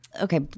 okay